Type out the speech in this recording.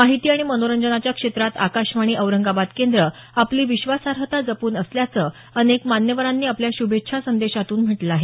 माहिती आणि मनोरंजनाच्या क्षेत्रात आकाशवाणी औरंगाबाद केंद्र आपली विश्वासार्हता जपून असल्याचं अनेक मान्यवरांनी आपल्या श्रभेच्छा संदेशातून म्हटलं आहे